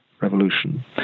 revolution